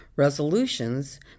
resolutions